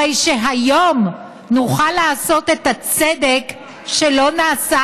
הרי שהיום נוכל לעשות את הצדק שלא נעשה